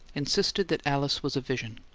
insisted that alice was a vision.